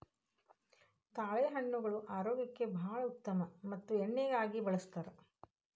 ತಾಳೆಹಣ್ಣುಗಳು ಆರೋಗ್ಯಕ್ಕೆ ಬಾಳ ಉತ್ತಮ ಮತ್ತ ಎಣ್ಣಿಗಾಗಿ ಬಳ್ಸತಾರ